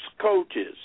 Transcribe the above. coaches